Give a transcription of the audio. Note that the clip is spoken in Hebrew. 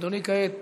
ואדוני כעת